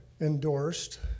endorsed